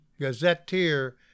Gazetteer